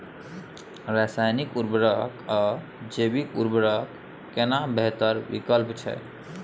रसायनिक उर्वरक आ जैविक उर्वरक केना बेहतर विकल्प छै?